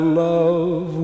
love